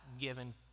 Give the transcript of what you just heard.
given